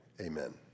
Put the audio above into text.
Amen